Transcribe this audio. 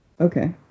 Okay